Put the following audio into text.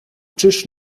czyż